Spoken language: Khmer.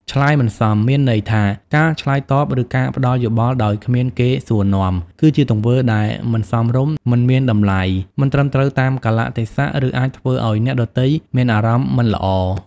ឆ្លើយមិនសម មានន័យថា ការឆ្លើយតប ឬការផ្ដល់យោបល់ដោយគ្មានគេសួរនាំ គឺជាទង្វើដែលមិនសមរម្យ មិនមានតម្លៃ មិនត្រឹមត្រូវតាមកាលៈទេសៈ ឬអាចធ្វើឲ្យអ្នកដទៃមានអារម្មណ៍មិនល្អ។